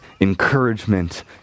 encouragement